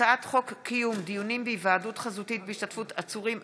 הצעת חוק קיום דיונים בהיוועדות חזותית בהשתתפות עצורים,